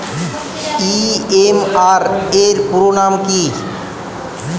EMI এর পুরোনাম কী?